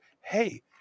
hey